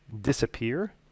disappear